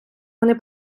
вони